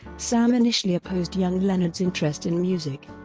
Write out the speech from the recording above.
sam initially opposed young leonard's interest in music.